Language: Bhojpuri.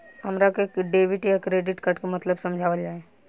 हमरा के डेबिट या क्रेडिट कार्ड के मतलब समझावल जाय?